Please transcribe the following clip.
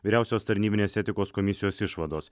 vyriausios tarnybinės etikos komisijos išvados